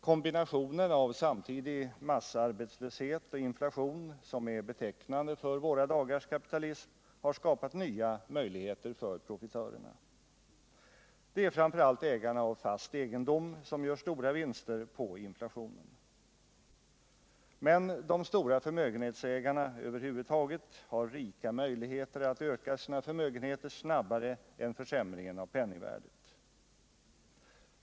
Kombinationen av massarbetslöshet och inflation, som är betecknande för våra dagars kapitalism, har skapat nya möjligheter för profitörerna. Det är framför allt ägarna av fast egendom som gör stora vinster på inflationen. Men de stora förmögenhetsägarna över huvud taget har rika möjligheter att öka sina förmögenheter snabbare än försämringen av penningvärdet sker.